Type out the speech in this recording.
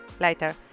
later